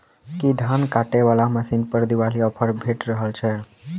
की धान काटय वला मशीन पर दिवाली ऑफर भेटि रहल छै?